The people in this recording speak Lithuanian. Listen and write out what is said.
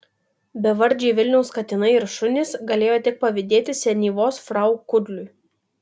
bevardžiai vilniaus katinai ir šunys galėjo tik pavydėti senyvos frau kudliui